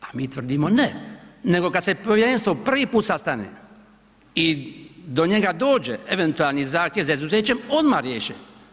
A mi tvrdimo ne, nego kada se povjerenstvo prvi put sastane i do njega dođe eventualni zahtjev za izuzećem odmah riješe.